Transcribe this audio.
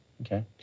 okay